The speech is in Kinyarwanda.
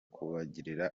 kubagirira